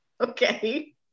Okay